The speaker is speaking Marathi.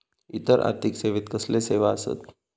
इतर आर्थिक सेवेत कसले सेवा आसत?